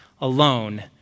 alone